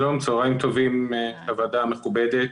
שלום, צוהריים טובים לוועדה המכובדת.